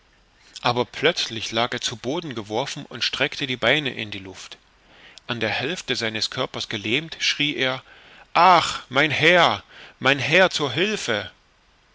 aber plötzlich lag er zu boden geworfen und streckte die beine in die luft an der hälfte seines körpers gelähmt schrie er ach mein herr mein herr zu hilfe